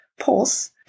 pause